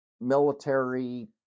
military